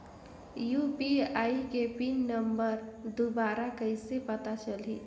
UPI के pin number दुबारा कइसे पता चलही?